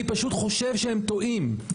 אני פשוט חושב שהם טועים.